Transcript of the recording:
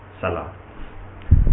salah